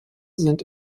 sind